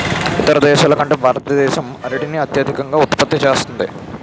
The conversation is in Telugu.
ఇతర దేశాల కంటే భారతదేశం అరటిని అత్యధికంగా ఉత్పత్తి చేస్తుంది